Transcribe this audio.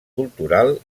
cultural